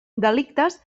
delictes